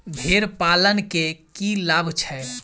भेड़ पालन केँ की लाभ छै?